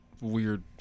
Weird